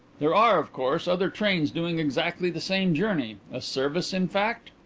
there are, of course, other trains doing exactly the same journey a service, in fact?